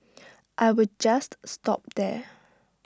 I will just stop there